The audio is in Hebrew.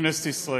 לכנסת ישראל,